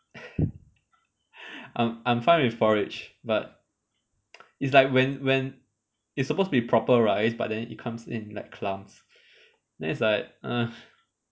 I'm I'm fine with porridge but it's like when when it's supposed to be proper rice but then it comes in like clumps then it's like